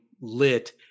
lit